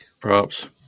props